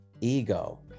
ego